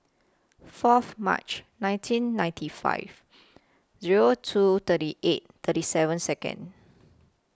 Fourth March nineteen ninety five Zero two thirty eight thirty seven Second